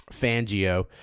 Fangio